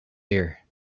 ear